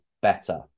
better